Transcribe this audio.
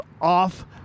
off